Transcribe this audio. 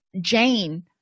Jane